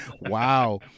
Wow